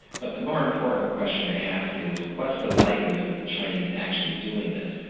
but the more important question to ask is what's the likelihood of the chinese actually doing this?